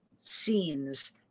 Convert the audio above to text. scenes